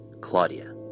Claudia